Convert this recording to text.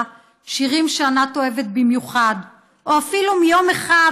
"שירים שענת אוהבת במיוחד" או אפילו מ"יום אחד...